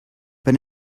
but